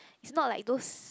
is not like those